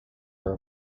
are